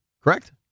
Correct